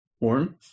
Warm